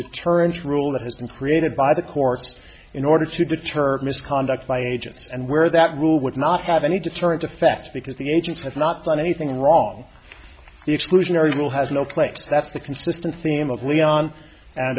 deterrence rule that has been created by the courts in order to deter misconduct by agents and where that rule would not have any deterrent effect because the agency has not done anything wrong exclusionary rule has no place that's the consisten